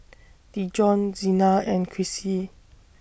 Dijon Zina and Krissy